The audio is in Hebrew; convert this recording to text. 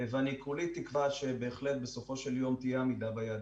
ואני כולי תקווה שבסופו של יום באמת תהיה עמידה ביעדים.